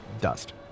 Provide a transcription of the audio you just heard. dust